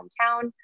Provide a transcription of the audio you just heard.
hometown